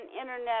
Internet